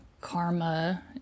karma